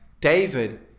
David